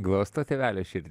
glosto tėvelio širdį